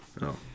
No